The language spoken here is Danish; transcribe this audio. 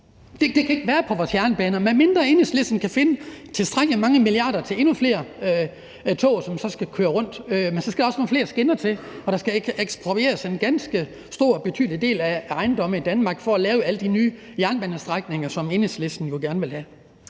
Det kan ikke være på vores jernbaner, medmindre Enhedslisten kan finde tilstrækkelig mange milliarder til endnu flere tog, som så kan køre rundt. Men så skal der også nogle flere skinner til, og der skal eksproprieres en ganske stor, betydelig del af ejendomme i Danmark for at lave alle de nye jernbanestrækninger, som Enhedslisten gerne vil have.